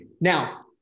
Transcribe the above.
Now